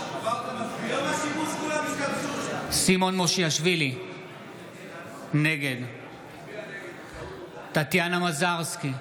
נגד טטיאנה מזרסקי,